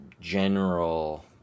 general